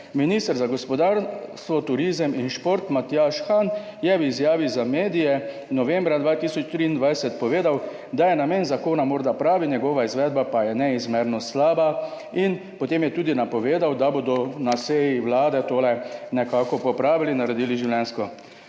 Minister za gospodarstvo, turizem in šport Matjaž Han je v izjavi za medije novembra 2023 povedal, da je namen zakona morda pravi, njegova izvedba pa je neizmerno slaba. In potem je tudi napovedal, da bodo na seji Vlade to nekako popravili, naredili življenjsko.